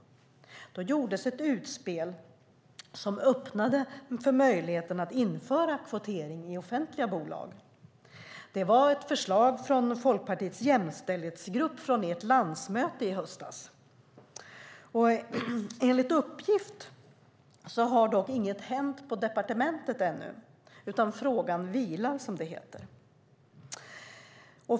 Då gjordes ett utspel som öppnade för möjligheten att införa kvotering i offentliga bolag. Det var ett förslag från Folkpartiets jämställdhetsgrupp från landsmötet i höstas. Enligt uppgift har dock inget hänt på departementet ännu, utan frågan vilar, som det heter.